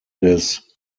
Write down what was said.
des